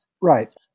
Right